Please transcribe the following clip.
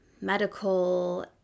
medical